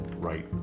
right